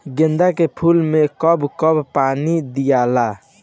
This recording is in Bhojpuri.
गेंदे के फूल मे कब कब पानी दियाला?